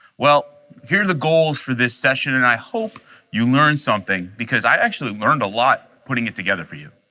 well here are the goals for this session and i hope you learned something because i actually learned a lot putting it together for you.